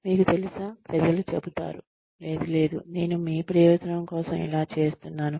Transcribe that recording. మీకు తెలుసా ప్రజలు చెబుతారు లేదు లేదు నేను మీ ప్రయోజనం కోసం ఇలా చేస్తున్నాను